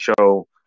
show